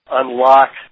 unlock